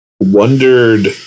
wondered